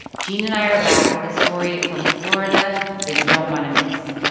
gene and i are back with a story from florida that you don't want to miss.